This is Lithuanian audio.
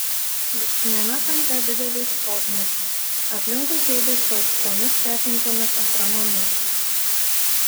dešiniame kampe didelės skobnys aplinkui kėdės su aukštomis tekintomis atramomis